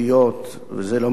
וזה לא מפתיע אותי.